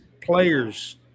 players